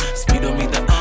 speedometer